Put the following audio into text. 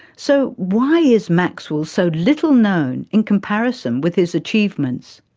so why is maxwell so little known in comparison with his achievements?